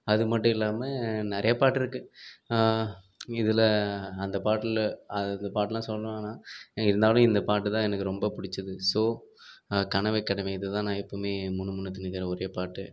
அது மட்டும் இல்லாமல் நிறையா பாட்டு இருக்குது இதில் அந்த பாட்டில் அது அந்த பாட்டெலாம் சொல்ல வேணாம் இருந்தாலும் இந்த பாட்டுதான் எனக்கு ரொம்ப பிடிச்சது ஸோ கனவே கனவே இதுதான் நான் எப்போவுமே முணுமுணுத்துனுக்கிற ஒரே பாட்டு